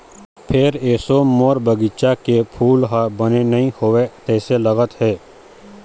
फेर एसो मोर बगिचा के फूल ह बने नइ होवय तइसे लगत हे